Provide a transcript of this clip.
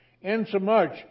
insomuch